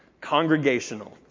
Congregational